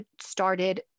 started